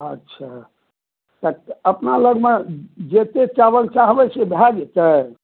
अच्छा तऽ अपना लग मे जते चावल चाहबै से भय जेतै